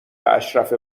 اشرف